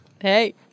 Hey